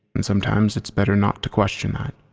and sometimes it's better not to question that.